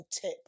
tip